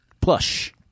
Plush